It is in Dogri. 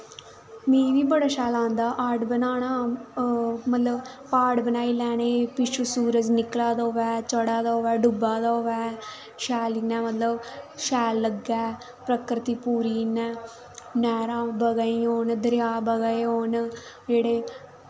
मीं बी बड़ा शैल आंदा आर्ट बनाना मतलब प्हाड़ बनाई लैने पिच्छों दा सूरज निकला दा होऐ चढ़ा दा होऐ डुब्बा दा होऐ शैल इ'यां मतलब शैल लग्गै प्रकृति पूरी इ'यां नैह्रां बगादियां होन दरिया बगादे होन